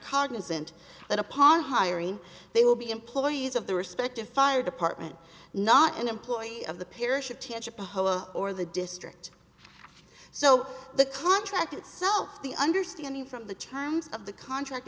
cognizant that upon hiring they will be employees of the respective fire department not an employee of the parish attention or the district so the contract itself the understanding from the terms of the contract